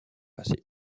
passer